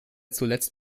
zuletzt